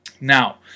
Now